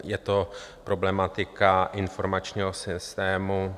Je to problematika informačního systému